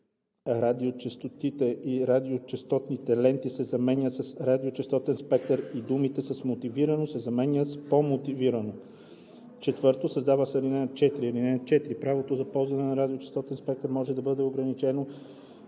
„радиочестотите и радиочестотните ленти“ се заменят с „радиочестотен спектър“ и думите „с мотивирано“ се заменят с „по мотивирано“. 4. Създава се ал. 4: „(4) Правото за ползване на радиочестотен спектър може да бъде ограничено